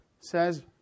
says